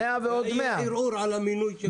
אחר כך יהיה ערעור על המינוי.